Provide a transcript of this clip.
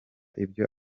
ibyo